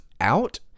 out